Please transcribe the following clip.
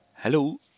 Hello